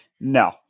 No